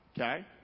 okay